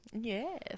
Yes